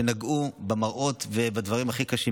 שנגעו במראות ובדברים הכי קשים.